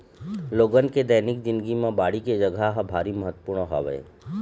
लोगन के दैनिक जिनगी म बाड़ी के जघा ह भारी महत्वपूर्न हवय